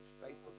faithful